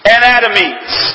Anatomies